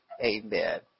Amen